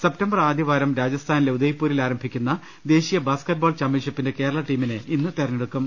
September ആദ്യവാരം രാജസ്ഥാനിലെ ഉദയ്പൂരിൽ ആരംഭി ക്കുന്ന ദേശീയ ബാസ്ക്കറ്റ്ബോൾ ചാമ്പ്യൻഷിപ്പിന്റെ കേരള ടീമിനെ ഇന്ന് തെരഞ്ഞടുക്കും